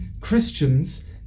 christians